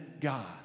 God